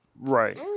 Right